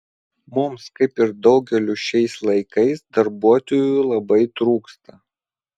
mums kaip ir daugeliui šiais laikais darbuotojų labai trūksta